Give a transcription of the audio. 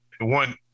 one